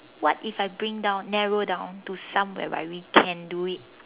what if I bring down narrow down to some whereby we can do it